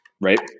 right